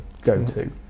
go-to